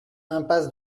impasse